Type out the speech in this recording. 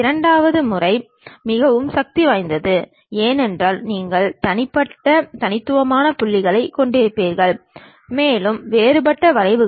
orthographic projections சம்பந்தமான பாடத்தை ஆன்லைனில் வழங்கிய பேராசிரியர் அகிலேஷ் குமார் மௌரியாக்கு எங்கள் மனமார்ந்த நன்றி